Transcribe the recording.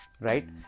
right